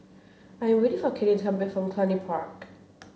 I waiting for Kaylynn to come back from Cluny Park